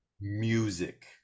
music